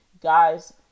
guys